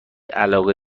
علاقه